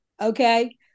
Okay